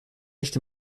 nicht